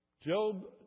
Job